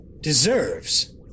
Deserves